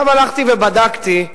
הלכתי ובדקתי,